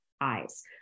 eyes